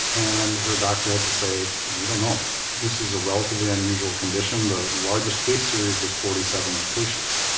and her doctor had to say we don't know this is a relatively unusual condition, the largest case series was forty seven patients'.